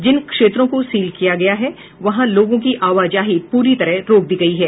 जिन क्षेत्रों को सील कर दिया गया वहां लोगों की आवाजाही पूरी तरह रोक दी गयी है